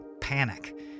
panic